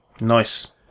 Nice